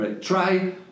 Try